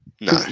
No